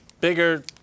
bigger